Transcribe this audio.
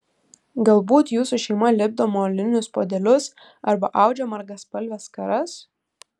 galbūt jūsų šeima lipdo molinius puodelius arba audžia margaspalves skaras